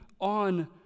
on